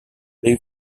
leave